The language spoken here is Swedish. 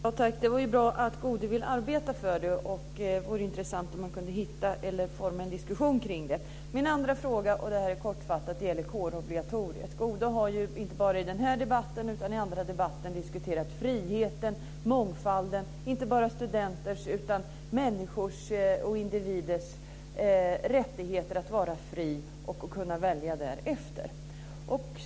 Fru talman! Det var ju bra att Goude vill arbeta för det. Det vore intressant om han kunde forma en diskussion kring det. Min andra fråga är kortfattad och gäller kårobligatoriet. Goude har ju inte bara i den här debatten utan även i andra debatter diskuterat friheten och mångfalden. Det gäller inte bara studenter utan även människors och individers rättigheter att vara fria och kunna välja därefter.